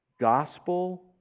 Gospel